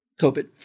COVID